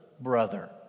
brother